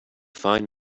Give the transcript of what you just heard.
fine